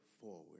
forward